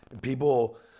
people